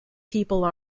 people